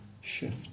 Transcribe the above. shift